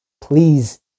please